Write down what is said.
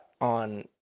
on